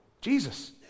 Jesus